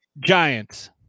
Giants